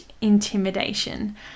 intimidation